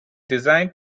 designed